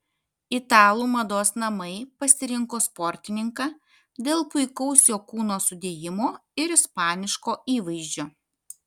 italų mados namai pasirinko sportininką dėl puikaus jo kūno sudėjimo ir ispaniško įvaizdžio